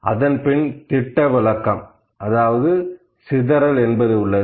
அதன்பின் திட்டவிலக்கம் அதாவது சிதறல் உள்ளது